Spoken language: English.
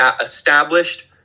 established